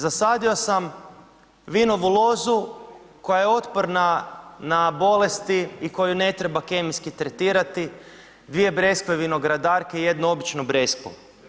Zasadio sam vinovu lozu koja je otporna na bolesti i koju ne treba kemijski tretirati, dvije breskve vinogradarke i jednu običnu breskvu.